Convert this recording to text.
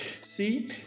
see